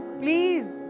please